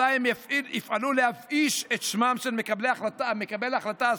אזי הם יפעלו להבאיש את שמו של מקבל ההחלטה הסרבן